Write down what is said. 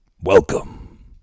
welcome